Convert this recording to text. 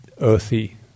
earthy